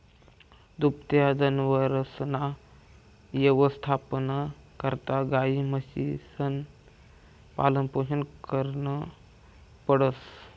दुभत्या जनावरसना यवस्थापना करता गायी, म्हशीसनं पालनपोषण करनं पडस